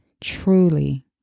Truly